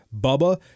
Bubba